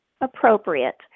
appropriate